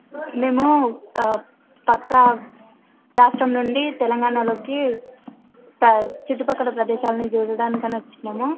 మేము పక్క రాష్ట్రం నుండి తెలంగాణలో ప్ర చుట్టు పక్కల ప్రదేశాలను చూడడానికి అని వచ్చినాము